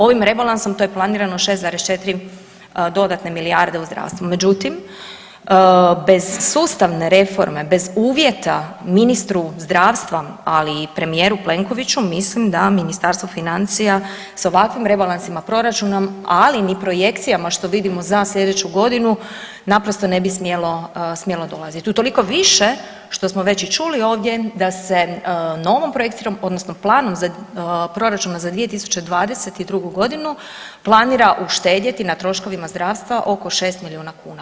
Ovim rebalansom to je planirano 6,4 dodatne milijarde u zdravstvu, međutim bez sustavne reforme, bez uvjeta ministru zdravstva, ali i premijeru Plenkoviću mislim da Ministarstvo financija s ovakvim rebalansom proračuna, ali ni projekcijama što vidimo za sljedeću godinu naprosto ne bi smjelo dolazit, utoliko više što smo već i čuli ovdje da se novom projekcijom odnosno planom proračuna za 2022.g. planira uštedjeti na troškovima zdravstva oko 6 milijuna kuna.